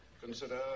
Consider